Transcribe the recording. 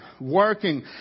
working